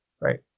right